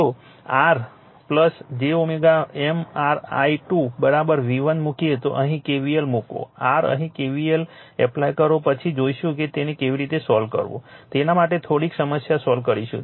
તો r j M r i 2 v1 મૂકીએ તો અહી KVL મુકો r અહી k v l એપ્લાય કરો પછી જોઇશું કે તેને કેવી રીતે સોલ્વ કરવું તેના માટે થોડીક સમસ્યા સોલ્વ કરીશું